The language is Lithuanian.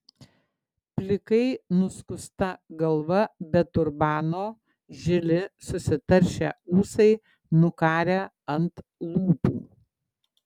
plikai nuskusta galva be turbano žili susitaršę ūsai nukarę ant lūpų